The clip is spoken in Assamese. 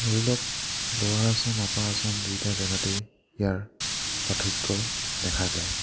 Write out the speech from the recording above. ধৰি লওক ল'ৱাৰ আচাম আপাৰ আচাম দুয়োটা জেগাতেই ইয়াৰ পাৰ্থক্য দেখা যায়